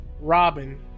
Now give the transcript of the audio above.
Robin